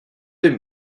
deux